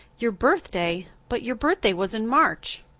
your birthday? but your birthday was in march!